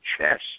chest